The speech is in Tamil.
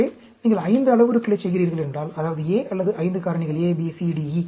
எனவே நீங்கள் 5 அளவுருக்களைச் செய்கிறீர்கள் என்றால் அதாவது A அல்லது 5 காரணிகள் A B C D E